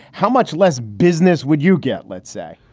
how much less business would you get, let's say?